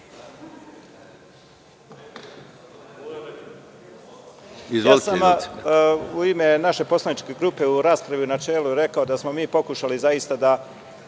sam u ime naše poslaničke grupe, u raspravi u načelu rekao da smo mi pokušali zaista sa